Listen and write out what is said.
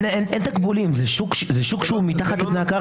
זה שוק שהוא מתחת לפני הקרקע.